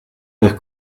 per